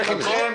לך עם זה.